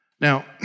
Now